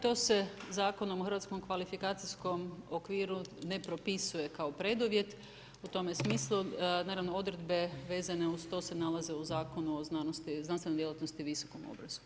To se zakonom o hrvatskom kvalifikacijskom okviru ne propisuje, kao preduvjet u tome smislu, naravno, odredbe vezano uz to se nalaze u Zakonu o znanstvenom djelatnosti i visokom obrazovanju.